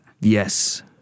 Yes